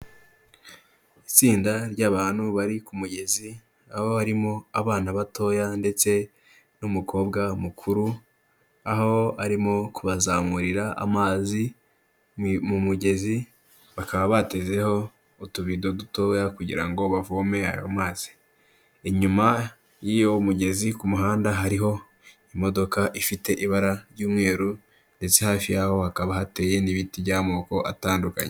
Itsinda ry'abantu bari ku mugezi aho barimo abana batoya ndetse n'umukobwa mukuru, aho arimo kubazamurira amazi mu mugezi bakaba batezeho utubido dutoya kugira ngo bavome ayo mazi. Inyuma y'iyo mugezi ku muhanda hariho imodoka ifite ibara ry'umweru ndetse hafi yaho hakaba hateye n'ibiti by'amoko atandukanye.